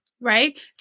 right